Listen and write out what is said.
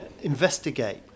investigate